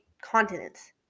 continents